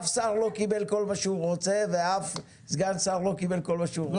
אף שר לא קיבל כל מה שהוא רוצה ואף סגן שר לא קיבל כל מה שהוא רוצה.